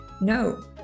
No